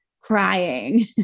crying